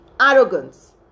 arrogance